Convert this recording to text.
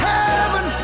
Heaven